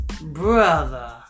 brother